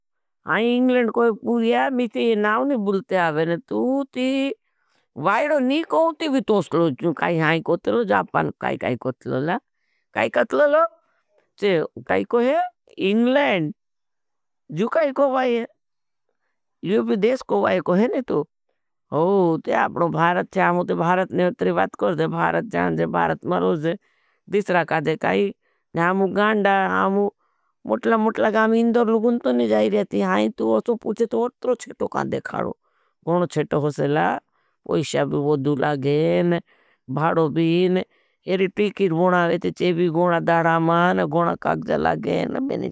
हमें इंग्लेंड कोई पूर्या मिचे नावनी बुलते आभेने तू ती वाइड़ो नी कोई ती भी तोसलो । जू काई हाई कोतलो जापान काई काई कोतलो लाग। काई काई कोई पूर्या मिचे ना। हमें इंग्लेंड कोई पूर्या मिचे नावनी बुलते आभेने तू ती वाइड़ो नी कोई ती भी तोसलो। जू काई हाई कोतलो जापान काई काई कोतलो लाग। काई काई कोई पूर्या मिचे ना। तु घुणो चेटो घुणो उच्छो जाई। छूटे ने वो बोलते जतो जतो जतो गढ़ो।